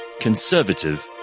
conservative